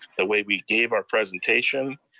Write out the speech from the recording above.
the way we gave our presentation.